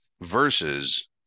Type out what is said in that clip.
versus